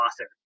author